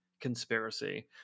conspiracy